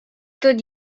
tot